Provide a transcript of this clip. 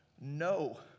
no